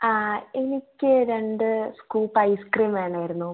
ആ എനിക്ക് രണ്ട് സ്കൂപ്പ് ഐസ് ക്രീം വേണേര്ന്നു